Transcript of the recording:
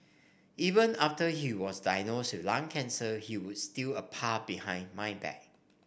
even after he was diagnosed with lung cancer he would steal a puff behind my back